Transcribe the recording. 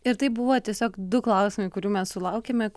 ir tai buvo tiesiog du klausimai kurių mes sulaukėme